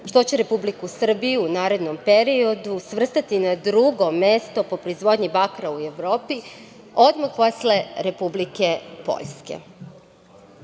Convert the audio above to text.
što će Republiku Srbiju u narednom periodu svrstati na drugo mesto po proizvodnji bakra u Evropi, odmah posle Republike Poljske. Koliko